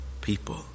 people